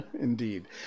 indeed